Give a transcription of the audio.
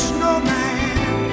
Snowman